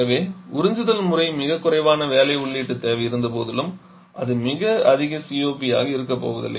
ஆகவே உறிஞ்சுதல் முறை மிகக் குறைவான வேலை உள்ளீட்டுத் தேவை இருந்தபோதிலும் அது மிக அதிக COP ஆக இருக்கப் போவதில்லை